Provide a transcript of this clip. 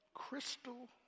crystal